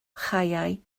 chaeau